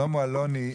שלמה אלוני,